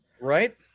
right